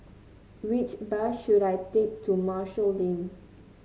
which bus should I take to Marshall Lane